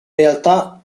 realtà